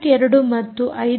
2 ಮತ್ತು 5